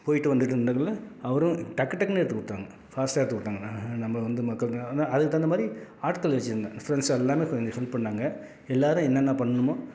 போயிட்டு வந்துட்டு இருந்தக்குள்ள அவரும் டக்கு டக்குன்னு எடுத்து கொடுத்தாங்க ஃபாஸ்ட்டாக எடுத்து கொடுத்தாங்க நம்ம வந்து மக்கள் ஆனால் அதுக்கு தகுந்த மாதிரி ஆட்கள் வச்சிருந்தேன் ஃப்ரெண்ட்ஸ் எல்லாம் கொஞ்சம் ஹெல்ப் பண்ணிணாங்க எல்லோரும் என்னென்ன பண்ணணுமோ